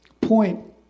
point